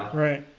right,